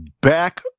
back